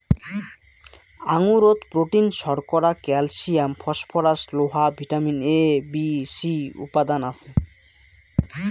আঙুরত protein, শর্করা, calcium, phosphorus, লোহা, vitamin A, B, C উপাদান আছে